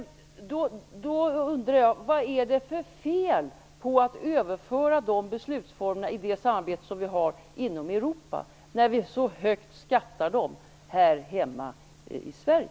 Vad är det för fel på att överföra de beslutsformerna i det samarbete som vi har inom Europa när vi så högt skattar dem här hemma i Sverige?